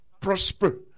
prosper